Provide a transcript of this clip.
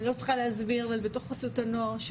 אני לא צריכה להסביר אבל בתוך חסות הנוער.